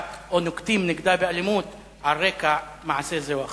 או נוקטים נגדה אלימות על רקע מעשה זה או אחר.